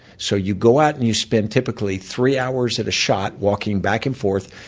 so you go out and you spend, typically, three hours at a shot walking back and forth.